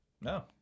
No